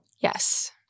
Yes